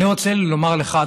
אני רוצה לומר לך,